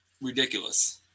ridiculous